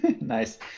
Nice